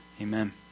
Amen